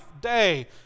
day